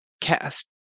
cast